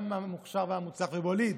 גם המוכשר והמוצלח, וואליד,